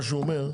מה שהוא אומר,